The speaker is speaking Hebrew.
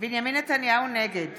נגד